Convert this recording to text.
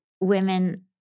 women